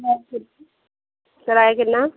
ਮੈਂ ਫਿਰ ਕਰਾਇਆ ਕਿੰਨਾ